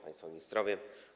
Państwo Ministrowie!